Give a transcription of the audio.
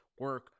Work